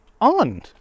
on